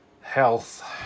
health